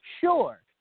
Sure